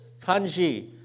kanji